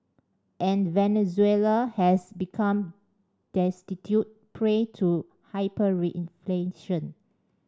and Venezuela has become destitute prey to hyperinflation